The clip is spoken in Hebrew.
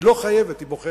היא לא חייבת, היא בוחרת.